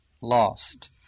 lost